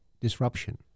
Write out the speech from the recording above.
disruption